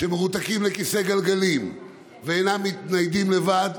שמרותקים לכיסא גלגלים ואינם מתניידים לבד,